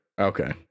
Okay